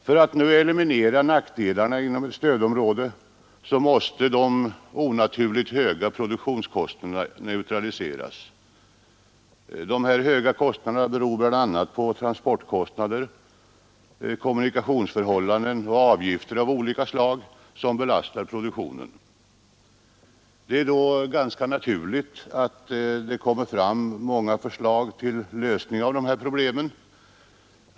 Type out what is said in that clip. För att nu eliminera nackdelarna inom ett stödområde måste de onaturligt höga produktionskostnaderna neutraliseras. Dessa beror bl.a. på transportkostnaderna, kommunikationsförhållandena och avgifter av olika slag vilka belastar produktionen. Det är då ganska naturligt att det väckts många förslag till lösning av dessa problem.